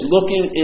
Looking